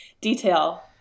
detail